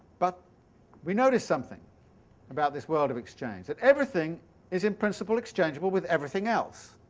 but we noticed something about this world of exchange. that everything is in principle exchangeable with everything else.